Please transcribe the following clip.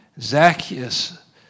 Zacchaeus